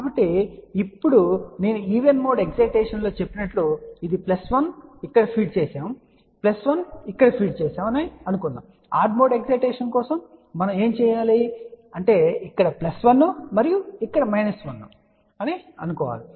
కాబట్టి ఇప్పుడు నేను ఈవెన్ మోడ్ ఎగ్జైటేషన్ లో చెప్పినట్లుగా ఇది ప్లస్ 1 ఇక్కడ ఫీడ్ చేయబడింది ప్లస్ 1 ఇక్కడ ఫీడ్ చేయబడింది అని అనుకుందాం ఆడ్ మోడ్ ఎగ్జైటేషన్ కోసం మనం ఏమి చేయబోతున్నాము అంటే ఇక్కడ ప్లస్ 1 మరియు ఇక్కడ మైనస్ 1 అని చెబుతాము